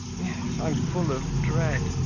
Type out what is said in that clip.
yes, i'm full of dread.